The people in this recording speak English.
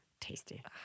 tasty